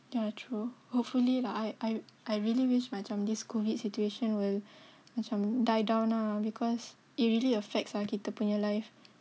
ya true hopefully lah I I I really wish macam this COVID situation will macam die down ah because it really affects ah kita punya life